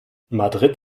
madrid